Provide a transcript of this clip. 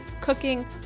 cooking